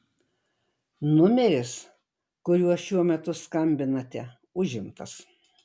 numeris kuriuo šiuo metu skambinate užimtas